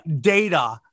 data